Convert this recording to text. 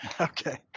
Okay